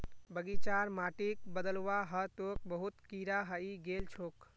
बगीचार माटिक बदलवा ह तोक बहुत कीरा हइ गेल छोक